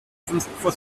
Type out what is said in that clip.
for